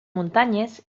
muntanyes